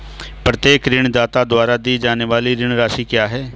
प्रत्येक ऋणदाता द्वारा दी जाने वाली ऋण राशि क्या है?